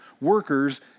workers